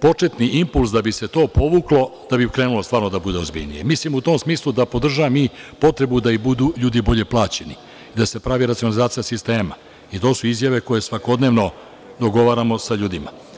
početni impuls da bi se to povuklo, da bi krenulo stvarno da bude ozbiljnije, mislim u tom smislu da podržavam i potrebu da ljudi budu bolje plaćeni, da se pravi racionalizacija sistema i to su izjave koje svakodnevno dogovaramo sa ljudima.